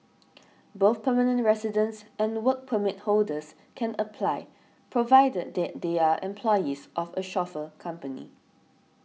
both permanent residents and Work Permit holders can apply provided that they are employees of a chauffeur company